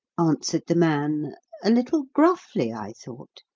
answered the man a little gruffly, i thought.